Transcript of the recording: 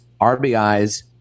RBIs